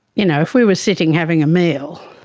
you know, if we were sitting having a meal,